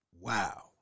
Wow